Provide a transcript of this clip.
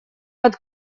под